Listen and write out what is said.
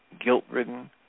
guilt-ridden